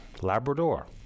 Labrador